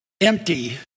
empty